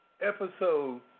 Episode